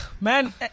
Man